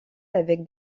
avec